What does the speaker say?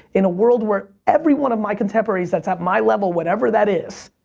in a world where every one of my contemporaries that's at my level, whatever that is,